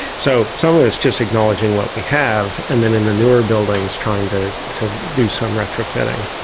so some of it's just acknowledging what we have, and then in the newer buildings trying to to do some retrofitting.